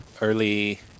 Early